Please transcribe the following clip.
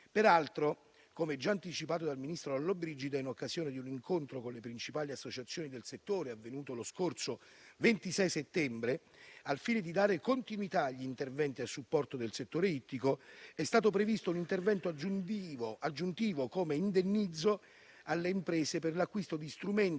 Peraltro, come già anticipato dal ministro Lollobrigida in occasione di un incontro con le principali associazioni del settore avvenuto lo scorso 26 settembre, al fine di dare continuità agli interventi a supporto del settore ittico è stato previsto un intervento aggiuntivo, come indennizzo alle imprese per l'acquisto di strumenti